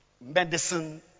Medicine